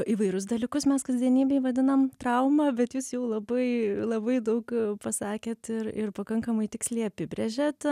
įvairius dalykus mes kasdienybėj vadinam trauma bet jūs jau labai labai daug pasakėt ir ir pakankamai tiksliai apibrėžiat